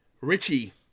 Richie